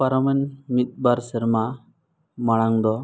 ᱯᱟᱨᱚᱢᱮᱱ ᱢᱤᱫᱼᱵᱟᱨ ᱥᱮᱨᱢᱟ ᱢᱟᱲᱟᱝ ᱫᱚ